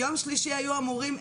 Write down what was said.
יום שלישי היו אמורים,